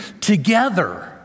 together